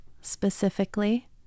specifically